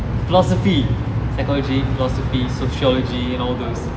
philosophy psychology philosophy sociology and all those